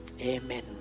Amen